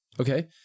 okay